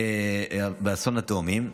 אסון התאומים,